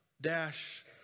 dash